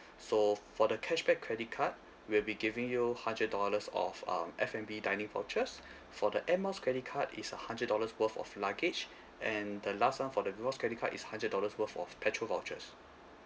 so for the cashback credit card we'll be giving you hundred dollars of uh F and B dining vouchers for the air miles credit card is a hundred dollars worth of luggage and the last one for the rewards credit card is hundred dollars worth of petrol vouchers